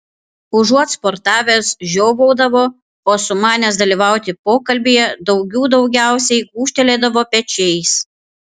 užuot sportavęs žiovaudavo o sumanęs dalyvauti pokalbyje daugių daugiausiai gūžtelėdavo pečiais